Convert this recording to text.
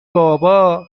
بابا